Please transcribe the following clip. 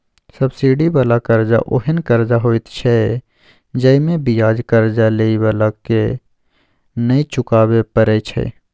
subsidy बला कर्जा ओहेन कर्जा होइत छै जइमे बियाज कर्जा लेइ बला के नै चुकाबे परे छै